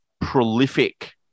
prolific